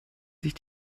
sich